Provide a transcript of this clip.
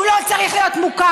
הוא לא צריך להיות מוכר.